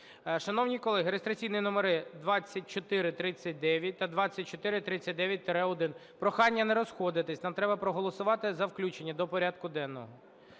Шановні колеги, реєстраційні номери 2439 та 2439-1. Прохання не розходитися, нам треба проголосувати за включення до порядку денного.